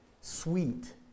sweet